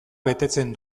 betetzen